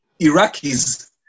Iraqis